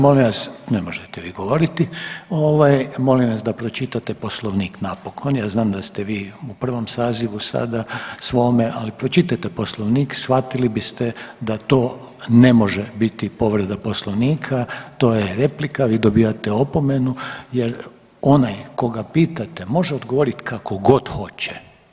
Molim vas, molim vas ne možete vi govoriti ovaj molim vas da pročitate Poslovnik napokon, ja znam da ste vi u prvom sazivu sada svome, ali pročitajte Poslovnik shvatili biste da to ne može biti povreda Poslovnika, to je replika vi dobijate opomenu jer onaj koga pitate može odgovoriti kako god hoće.